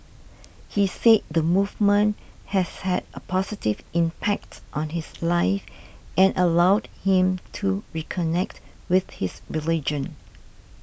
he said the movement has had a positive impact on his life and allowed him to reconnect with his religion